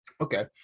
Okay